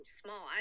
small